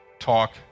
talk